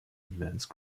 advanced